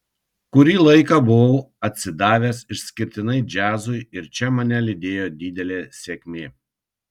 kurį laiką buvau atsidavęs išskirtinai džiazui ir čia mane lydėjo didelė sėkmė